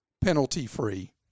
penalty-free